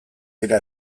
dira